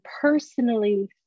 personally